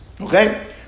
okay